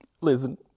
Listen